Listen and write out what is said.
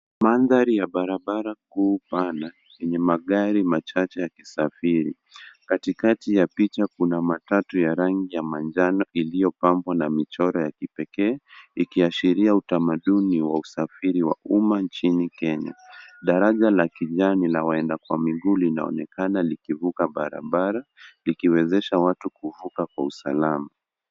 Mandhari ya barabara kuu pana, yenye magari machache yakisafiri. Katikati ya picha kuna matatu ya rangi ya manjano iliyopambwa na michoro ya kipekee, ikiashiria utamaduni wa usafiri wa umma nchini Kenya. Daraja la kijani la waenda kwa miguu linaonekana likivuka barabara, likiwezesha watu kuvuka kwa usalama.